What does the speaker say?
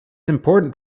important